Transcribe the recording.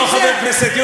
פרוש כבר לא חבר כנסת,